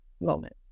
moment